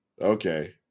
Okay